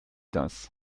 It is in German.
das